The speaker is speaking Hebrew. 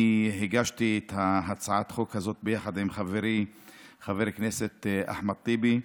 אני הגשתי את הצעת החוק הזאת ביחד עם חברי חבר הכנסת אחמד טיבי.